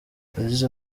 yagize